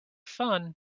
fun